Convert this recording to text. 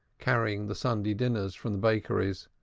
carrying the sunday dinners from the bakeries,